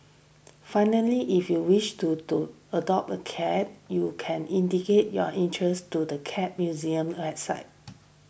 finally if you wish to to adopt a cat you can indicate your interest to the Cat Museum's website